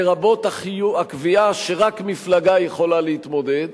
לרבות הקביעה שרק מפלגה יכולה להתמודד,